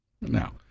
Now